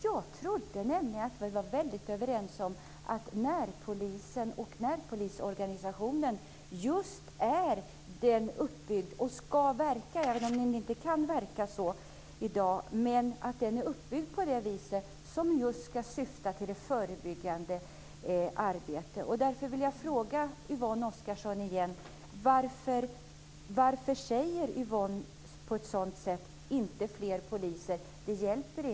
Jag trodde nämligen att vi var väldigt överens om att närpolisen och närpolisorganisationen just är uppbyggd och ska verka, även om det inte kan verka så i dag, förebyggande. Därför vill jag fråga Yvonne Oscarsson igen: Varför säger Yvonne att vi inte ska ha fler poliser, att det inte hjälper?